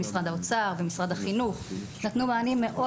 ומשרד האוצר ומשרד החינוך נתנו מענים מאוד